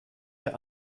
der